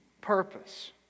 purpose